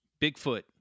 Bigfoot